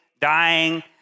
dying